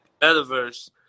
metaverse